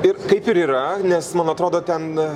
ir kaip ir yra nes man atrodo ten